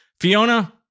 Fiona